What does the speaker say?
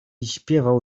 śpiewał